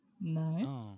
No